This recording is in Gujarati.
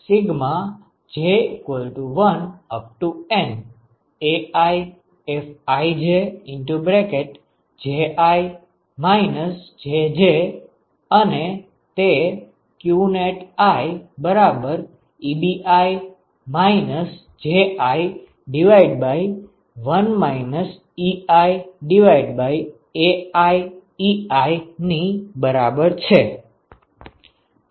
qnetij1NAiFijJi Jj અને તે qnetiEbi Ji1 iAii ની બરાબર છે